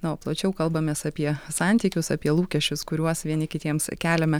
na o plačiau kalbamės apie santykius apie lūkesčius kuriuos vieni kitiems keliame